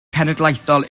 cenedlaethol